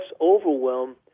overwhelm